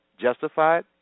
justified